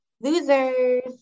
Losers